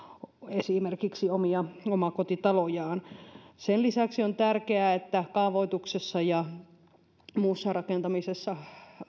esimerkiksi omia omakotitalojaan sen lisäksi on tärkeää että kaavoituksessa ja muussa rakentamisessa